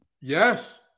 Yes